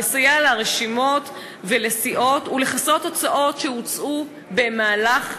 לסייע לרשימות ולסיעות ולכסות הוצאות שהוצאו במהלך הבחירות.